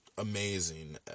Amazing